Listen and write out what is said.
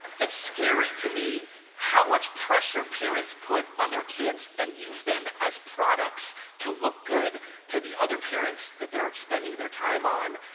it's scary to me how much pressure parents put on their kids and use them as products to look good to the other parents that they're spending their time on,